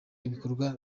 ibikorwa